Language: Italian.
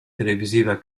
televisiva